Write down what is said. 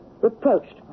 Reproached